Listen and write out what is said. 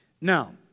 Now